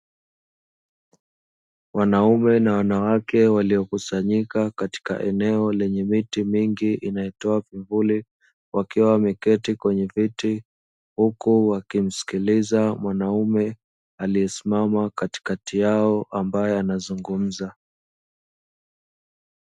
Wanaume na wanawake waliokusanyika katika eneo lenye miti mingi inayotoa vivuli, wakiwa wameketi kwenye viti huku wakimsikiliza mwanaume aliyesimama katikati yao ambaye anazungumza.